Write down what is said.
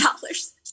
dollars